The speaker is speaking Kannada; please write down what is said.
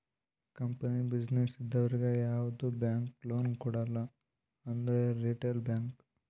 ಕಂಪನಿ, ಬಿಸಿನ್ನೆಸ್ ಇದ್ದವರಿಗ್ ಯಾವ್ದು ಬ್ಯಾಂಕ್ ಲೋನ್ ಕೊಡಲ್ಲ ಅದೇ ರಿಟೇಲ್ ಬ್ಯಾಂಕ್